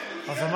זה טרי, זה טרי.